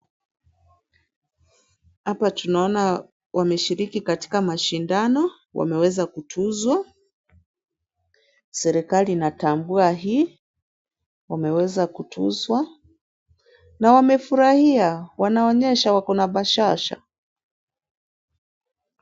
Hapa tunaona wameshiriki katika mashindano, wameweza kutunzwa. Serikali inatambua hii, wameweza kutunzwa na wamefurahia, wanaonyesha wako na bashasha.